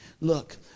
look